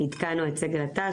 עדכנו את סגל הת"ש,